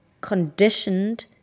conditioned